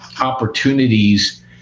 opportunities